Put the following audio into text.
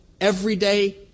everyday